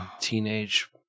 Teenage